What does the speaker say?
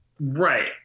Right